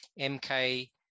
MK